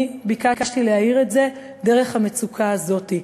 ואני ביקשתי להאיר את זה דרך המצוקה הזאת.